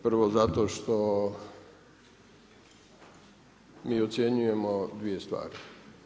Prvo zato što mi ocjenjujemo dvije stvari.